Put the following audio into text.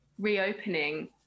reopening